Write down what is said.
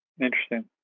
Interesting